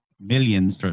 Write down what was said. millions